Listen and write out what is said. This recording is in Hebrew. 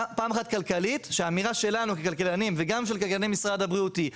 פעם אחת כלכלית שהאמירה שלנו ככלכלנים וגם של כלכלני משרד הבריאות היא,